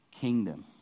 kingdom